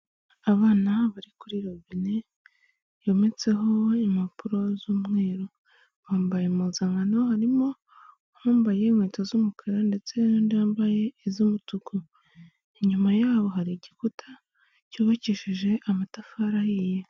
Abana bari kuri robine yometseho impapuro z'umweru, bambaye impuzankano harimo uwambaye inkweto z'umukara ndetse n'undi yambaye iz'umutuku, inyuma yabo hari igikuta cyubakishije amatafari ahiye.